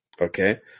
okay